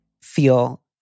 feel